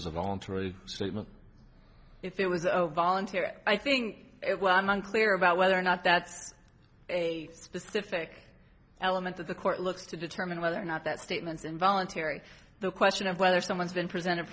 was a voluntary statement if it was a volunteer i think it was i'm unclear about whether or not that's a specific element of the court looks to determine whether or not that statement involuntary the question of whether someone's been presented